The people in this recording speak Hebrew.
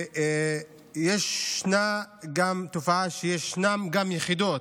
ויש גם תופעה שיש יחידות,